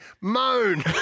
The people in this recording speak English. moan